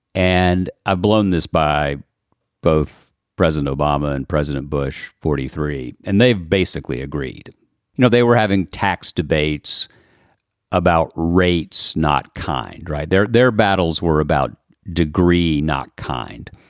and i've blown this by both president obama and president bush forty three. and they've basically agreed, you know, they were having tax debates about rates. not kind, right. they're their battles were about degree, not kind.